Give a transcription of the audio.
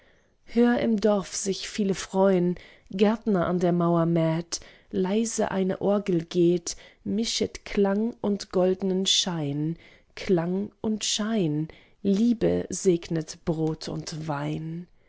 hör im dorf sich viele freun gärtner an der mauer mäht leise eine orgel geht mischet klang und goldenen schein klang und schein liebe segnet brot und wein